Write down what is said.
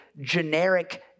generic